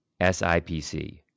SIPC